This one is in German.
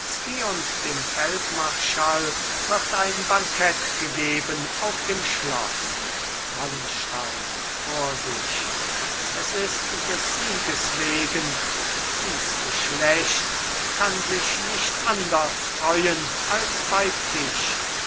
und dem feldmarschall wird ein bankett gegeben auf dem schloß wallenstein vor sich es ist des sieges wegen dies geschlecht kann sich nicht anders freuen als bei tisch